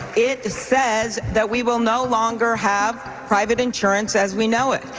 it says that we will no longer have private insurance as we know it.